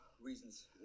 reasons